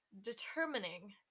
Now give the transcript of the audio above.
determining